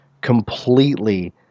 completely